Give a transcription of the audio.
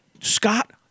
Scott